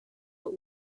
but